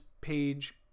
page